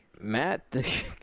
Matt